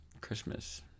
Christmas